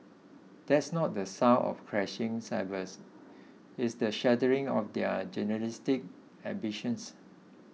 that's not the sound of crashing cymbals it's the shattering of their journalistic ambitions